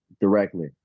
Directly